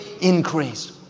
increase